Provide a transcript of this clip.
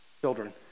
children